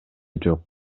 жок